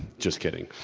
just kidding.